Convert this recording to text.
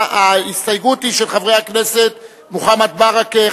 ההסתייגות היא של חברי הכנסת מוחמד ברכה,